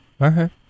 Okay